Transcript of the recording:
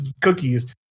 cookies